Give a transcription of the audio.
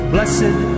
Blessed